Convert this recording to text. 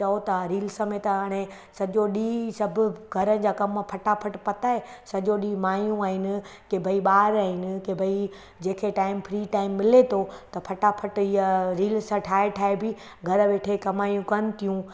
चओ था रील्स में त हाणे सॼो ॾींहुं सभु घर जा कम फटाफट पताए सॼो ॾींहुं माइयूं आहिनि के भई ॿार आहिनि के भई जेके टाइम फ्री टाइम मिले थो फटाफट इहा रील्स ठाहे ठाहे बि घरु वेठे कमाइयूं कनि थियूं